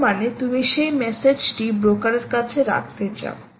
তার মানে তুমি সেই মেসেজটি ব্রোকারের কাছে রাখতে চাও